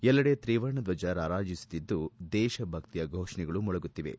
ಎಲ್ಲೆಡೆ ತ್ರಿವರ್ಣ ದ್ವಜ ರಾರಾಜಿಸುತ್ತಿದ್ದು ದೇಶ ಭಕ್ತಿಯ ಘೋಷಣೆಗಳು ಮೊಳಗುತ್ತಿವೆ